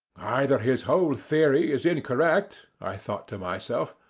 either his whole theory is incorrect, i thought to myself,